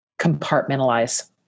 compartmentalize